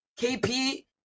KP